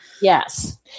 Yes